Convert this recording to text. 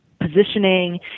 positioning